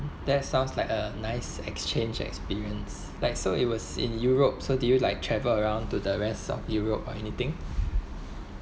that sounds like a nice exchange experience like so it was in europe so did you like travel around to the rest of europe or anything